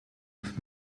auf